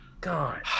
God